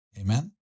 Amen